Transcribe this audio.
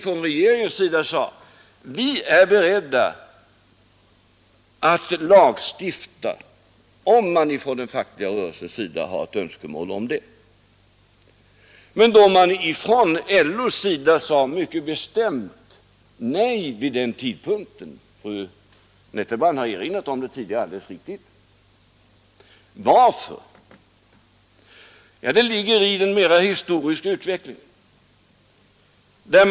Från regeringens sida sade vi, att vi är beredda att lagstifta om man från den fackliga rörelsens sida har ett önskemål om det. Från LO:s sida svarade man mycket bestämt nej vid den tidpunkten. Varför sade man nej? Det ligger i den historiska utvecklingen.